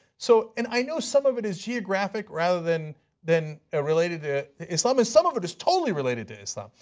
so and i know some of it is geographic, rather than than ah related to islam, but some of it is totally related to islam.